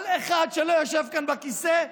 כל אחד שלא יושב כאן בכיסא,